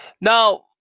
now